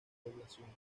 poblaciones